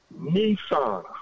Nissan